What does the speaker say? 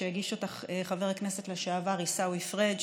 שהגיש אותה חבר הכנסת לשעבר עיסאווי פריג',